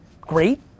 great